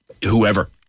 Whoever